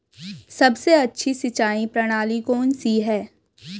सबसे अच्छी सिंचाई प्रणाली कौन सी है?